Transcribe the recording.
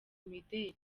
imideli